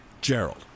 Gerald